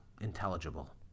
intelligible